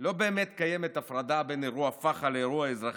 לא באמת קיימת הפרדה בין אירוע פח"ע לאירוע אזרחי.